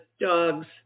dogs